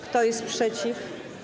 Kto jest przeciw?